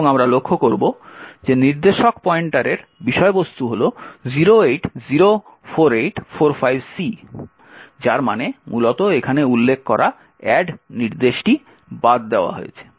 এবং আমরা লক্ষ্য করব যে নির্দেশক পয়েন্টারের বিষয়বস্তু হল 0804845C যার মানে মূলত এখানে উল্লেখ করা অ্যাড নির্দেশটি বাদ দেওয়া হয়েছে